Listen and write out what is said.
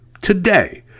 Today